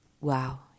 Wow